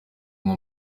ngo